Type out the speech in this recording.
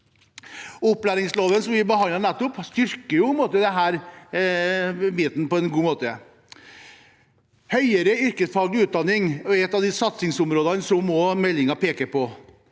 Opplæringsloven, som vi behandlet nettopp, styrker denne biten på en god måte. Høyere yrkesfaglig utdanning er et av satsingsområdene meldingen peker på.